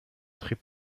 très